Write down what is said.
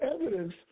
evidence